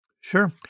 Sure